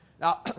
Now